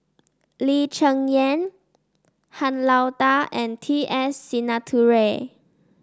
Lee Cheng Yan Han Lao Da and T S Sinnathuray